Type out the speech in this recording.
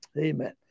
amen